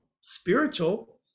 spiritual